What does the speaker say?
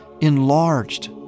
enlarged